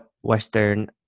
Western